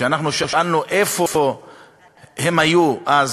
אנחנו שאלנו איפה הם היו אז,